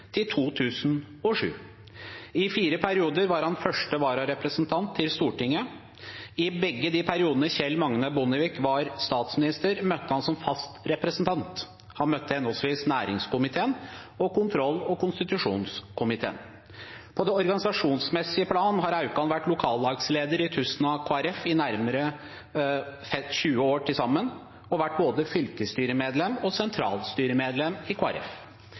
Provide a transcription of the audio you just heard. til 2007. I fire perioder var han første vararepresentant til Stortinget. I begge de periodene Kjell Magne Bondevik var statsminister, møtte han som fast representant. Han møtte i henholdsvis næringskomiteen og kontroll- og konstitusjonskomiteen. På det organisasjonsmessige plan har Aukan vært lokallagsleder i Tustna KrF i nærmere 20 år til sammen og vært både fylkesstyremedlem og sentralstyremedlem i